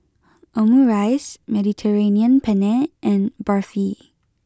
Omurice Mediterranean Penne and Barfi